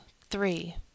three